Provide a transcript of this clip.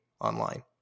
online